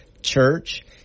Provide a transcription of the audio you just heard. church